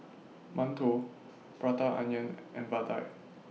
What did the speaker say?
mantou Prata Onion and Vadai